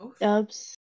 Dubs